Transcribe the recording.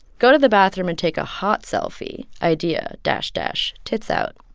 go to the bathroom and take a hot selfie. idea dash, dash tits out